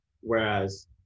Whereas